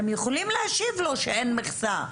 הם יכולים להשיב לו שאין מכסה,